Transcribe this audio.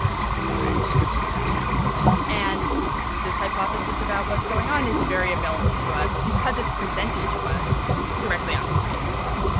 school-aged schizophrenia and this hypothesis about what's going on is very available to us because it's presented to us directly on screen, as well